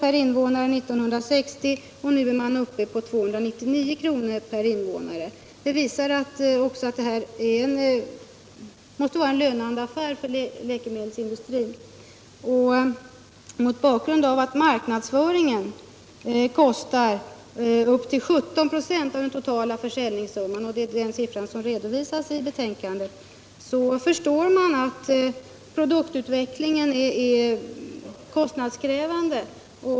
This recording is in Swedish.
1960, medan man nu är uppe i 299 kr. Det visar att det för läkemedelsindustrin måste vara en lönande affär. Mot bakgrund av att marknadsföringen kostar upp till 17 96 av den totala försäljningssumman, vilken siffra redovisas i betänkandet, förstår man att produktutvecklingen är kostnadskrävande.